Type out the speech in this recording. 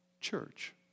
church